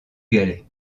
galets